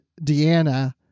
Deanna